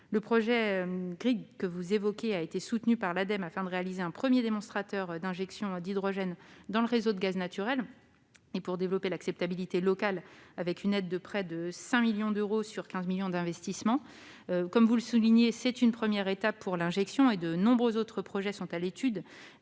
Le projet Grhyd que vous évoquez a été soutenu par l'Ademe. Il vise à réaliser un premier démonstrateur d'injection d'hydrogène dans le réseau de gaz naturel et à développer l'acceptabilité locale. Une aide de près de 5 millions d'euros sur 15 millions d'investissements a ainsi été apportée à cet effet. Comme vous le soulignez, c'est une première étape pour l'injection ; de nombreux autres projets de